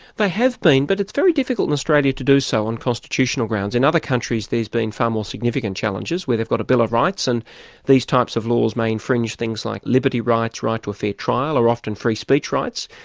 they have been, but it's very difficult in australia to do so on constitutional grounds. in other countries there's been far more significant challenges, where they've got a bill of rights, and these types of laws may infringe things like liberty rights, right to a fair trial, or often free speech rights,